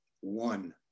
one